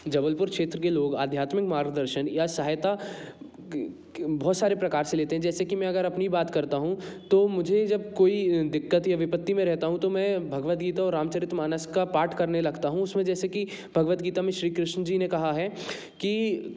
जबलपुर क्षेत्र के लोग आध्यात्मिक मार्गदर्शन या सहायता बहुत सारे प्रकार से लेते हैं जैसे कि मैं अगर अपनी बात करता हूँ तो मुझे जब कोई दिक्कत या विपत्ति में रहता हूँ तो मैं भगवत गीता और रामचरितमानस का पाठ करने लगता हूँ उसमें जैसे कि भगवत गीता में श्री कृष्ण जी ने कहा है कि